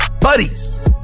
buddies